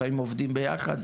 לפעמים עובדים ביחד?